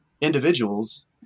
individuals